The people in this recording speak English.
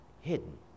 hidden